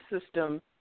system